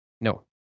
No